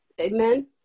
Amen